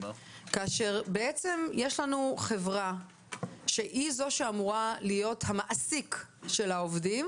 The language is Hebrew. כאשר יש לנו חברה שהיא זאת שאמורה להיות המעסיק של העובדים